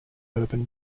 urban